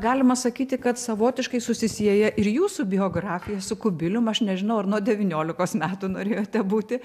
galima sakyti kad savotiškai susisieja ir jūsų biografija su kubilium aš nežinau ar nuo devyniolikos metų norėjote būti